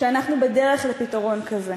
שאנחנו בדרך לפתרון כזה,